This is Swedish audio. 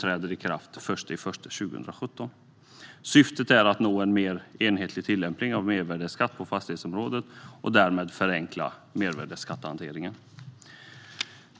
träder i kraft den 1 januari 2017. Syftet är att uppnå en mer enhetlig tillämpning av mervärdesskatt på fastighetsområdet och därmed förenkla mervärdesskattehanteringen.